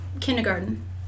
kindergarten